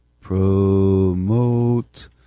promote